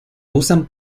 usan